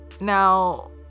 Now